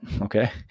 Okay